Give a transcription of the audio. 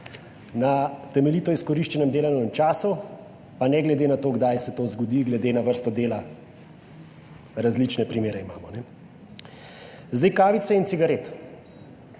na temeljito izkoriščenem delovnem času, pa ne glede na to kdaj se to zgodi, glede na vrsto dela, različne primere imamo. Zdaj kavice in cigaret.